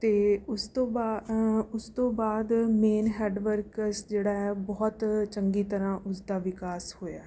ਅਤੇ ਉਸ ਤੋਂ ਬਾ ਉਸ ਤੋਂ ਬਾਅਦ ਮੇਨ ਹੈੱਡ ਵਰਕਰਸ ਜਿਹੜਾ ਹੈ ਬਹੁਤ ਚੰਗੀ ਤਰ੍ਹਾਂ ਉਸ ਦਾ ਵਿਕਾਸ ਹੋਇਆ ਹੈ